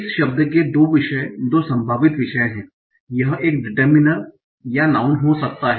इस शब्द के दो विषय दो संभावित विषय हैं यह एक डिटरमिनर या नाऊँन हो सकता है